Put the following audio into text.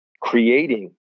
creating